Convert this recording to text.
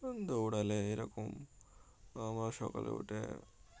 দৌড়ালে এরকম আমরা সকলে উঠে